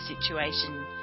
situation